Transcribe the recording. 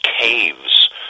caves